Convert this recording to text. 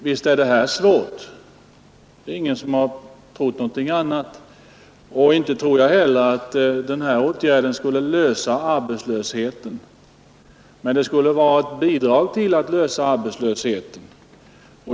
Fru talman! Visst är detta svårt, det är ingen som har trott någonting annat. Naturligtvis skulle inte heller denna åtgärd kunna lösa arbetslöshetsproblemen, men den skulle vara ett bidrag till att lösa den.